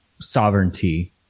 sovereignty